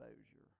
exposure